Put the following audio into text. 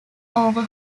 over